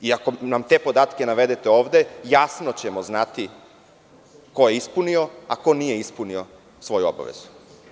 Ako nam te podatke navedete ovde jasno ćemo znati ko je ispunio, a ko nije ispunio svoju obavezu.